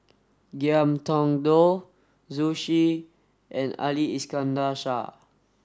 Ngiam Tong Dow Zhu Xu and Ali Iskandar Shah